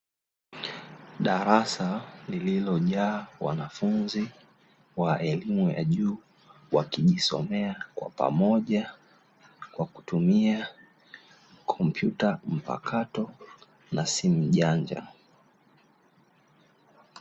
Darasa lililojaa wanafunzi wa elimu ya juu wakijisomea kwa pamoja kwa kutumia kompyuta mpakato na simu janja.